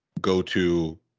go-to